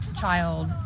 child